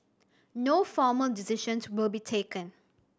no formal decisions will be taken